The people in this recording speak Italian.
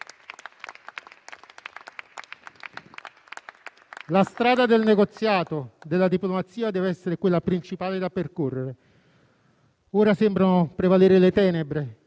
La strada del negoziato e della diplomazia deve essere quella principale da percorrere. Ora sembrano prevalere le tenebre,